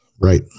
Right